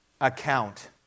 account